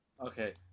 Okay